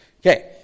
Okay